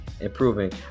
improving